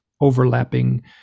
overlapping